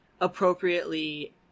appropriately